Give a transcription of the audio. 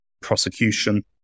prosecution